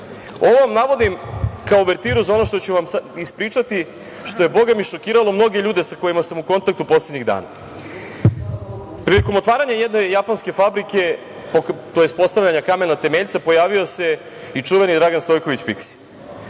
vam navodim kao uvertiru za ono što ću vam sada ispričati, što je bogami šokiralo mnoge ljude sa kojima sam u kontaktu poslednjih dana. Prilikom otvaranje jedne japanske fabrike, tj. postavljanja kamena temeljca pojavio se i čuveni Dragan Stojković Piksi.